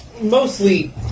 mostly